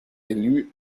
elle